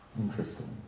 Interesting